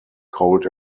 cold